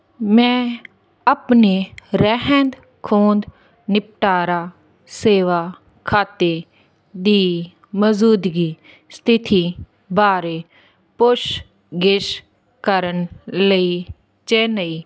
ਮੈਂ ਆਪਣੇ ਰਹਿੰਦ ਖੂੰਹਦ ਨਿਪਟਾਰਾ ਸੇਵਾ ਖਾਤੇ ਦੀ ਮੌਜੂਦਗੀ ਸਥਿਤੀ ਬਾਰੇ ਪੁੱਛਗਿੱਛ ਕਰਨ ਲਈ ਚੇਨਈ